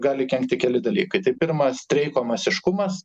gali kenkti keli dalykai tai pirmas streiko masiškumas